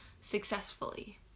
successfully